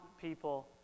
people